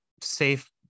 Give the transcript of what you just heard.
safe